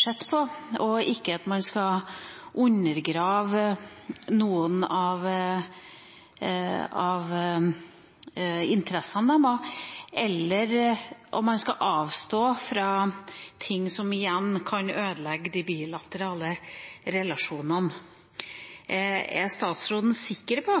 sett på – og at man ikke skal undergrave noen av interessene deres og avstå fra ting som kan ødelegge de bilaterale relasjonene. Er statsråden sikker på